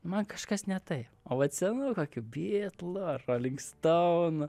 man kažkas ne taip o vat senų kokių bitlų ar roling stounų